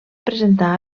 presentar